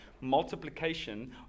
multiplication